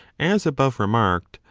as above remarked,